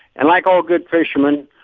and like all good fishermen,